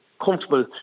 comfortable